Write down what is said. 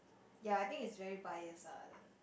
ya I think it's very bias ah the